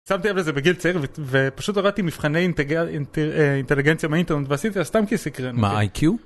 שמתי לב לזה בגיל צעיר ופשוט הורדתי מבחני אינטליגנציה מהאינטרנט ועשיתי לה סתם כי סיקרן אותי. מה, איי-קיו?